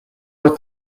were